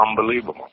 unbelievable